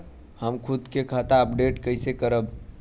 हम खुद से खाता अपडेट कइसे करब?